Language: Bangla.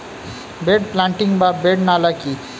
বেড প্লান্টিং বা বেড নালা কি?